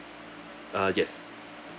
uh yes